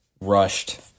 rushed